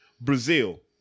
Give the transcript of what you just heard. Brazil